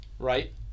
Right